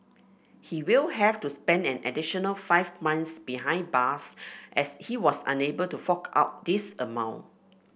he will have to spend an additional five months behind bars as he was unable to fork out this amount